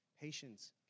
patience